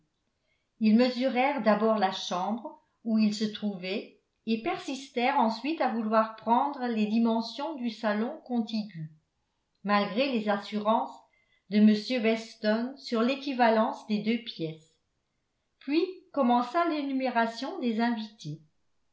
ils mesurèrent d'abord la chambre où ils se trouvaient et persistèrent ensuite à vouloir prendre les dimensions du salon contigu malgré les assurances de m weston sur l'équivalence des deux pièces puis commença l'énumération des invités